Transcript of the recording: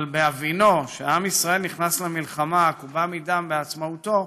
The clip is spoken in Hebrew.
אבל בהבינו שעם ישראל נכנס למלחמה העקובה מדם לעצמאותו,